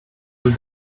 del